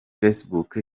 facebook